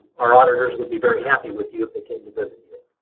our auditors would be very happy with you if they came to visit you.